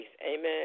Amen